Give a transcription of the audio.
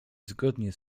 zgodnie